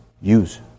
use